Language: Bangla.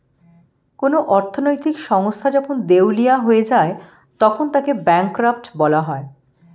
কোন অর্থনৈতিক সংস্থা যখন দেউলিয়া হয়ে যায় তখন তাকে ব্যাঙ্করাপ্ট বলা হয়